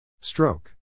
Stroke